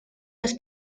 las